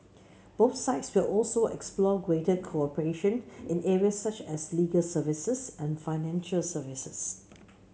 both sides will also explore greater cooperation in areas such as legal services and financial services